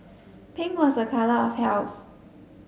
pink was a colour of health